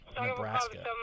Nebraska